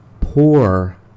poor